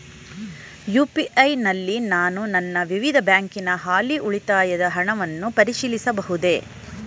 UPI ನಲ್ಲಿ ನಾನು ನನ್ನ ವಿವಿಧ ಬ್ಯಾಂಕಿನ ಹಾಲಿ ಉಳಿತಾಯದ ಹಣವನ್ನು ಪರಿಶೀಲಿಸಬಹುದೇ?